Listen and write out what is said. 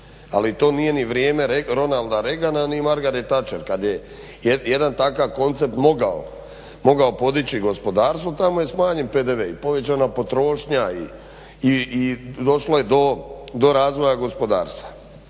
Ali to nije ni vrijeme Ronalda Reagana ni Margaret Thatcher kad je jedan takav koncept mogao podići gospodarstvo, tamo je smanjen PDV i povećana potrošnja i došlo je do razvoja gospodarstva.